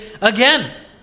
again